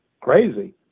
crazy